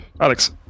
Alex